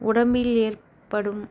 உடம்பில் ஏற்படும்